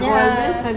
ya